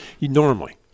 Normally